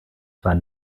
bahn